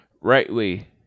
rightly